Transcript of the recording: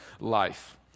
life